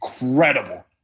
incredible